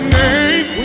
name